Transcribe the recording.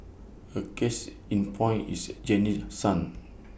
A case in point is Janice's son